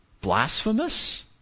blasphemous